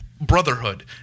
brotherhood